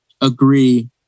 agree